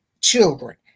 children